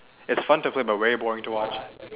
is fun to play but very boring to watch